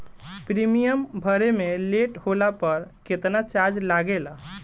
Premium भरे मे late होला पर केतना चार्ज लागेला?